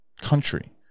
country